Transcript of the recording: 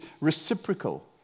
reciprocal